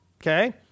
Okay